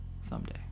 someday